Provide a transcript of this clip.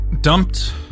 dumped